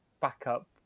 backup